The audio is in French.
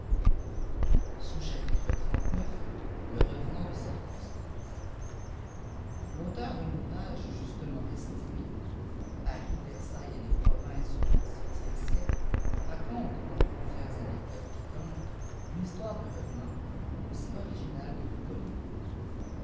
le revenant de circonstance l auteur d'un ôuvraige justement estimé paris versailles et les prùmcèsàu mt uiiitième siècle j raconte entre plusieurs anecdotes pfatites une liîàtoire de revenant aussi originale que peu connue